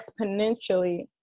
exponentially